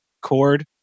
cord